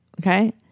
okay